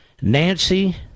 Nancy